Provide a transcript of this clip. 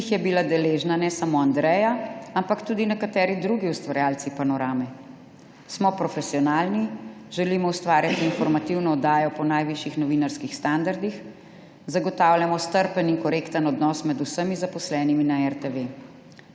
ki jih je bila deležna ne samo Andreja, ampak tudi nekateri drugi ustvarjalci Panorame. Smo profesionalni, želimo ustvarjati informativno oddajo po najvišjih novinarskih standardih, zagotavljamo strpen in korekten odnos med vsemi zaposlenimi na RTV.